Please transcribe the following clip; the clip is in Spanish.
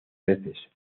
veces